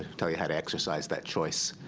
tell you how to exercise that choice.